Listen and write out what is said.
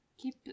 keep